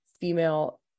female